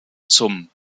zum